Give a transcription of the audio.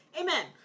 Amen